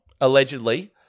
allegedly